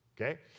Okay